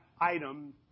item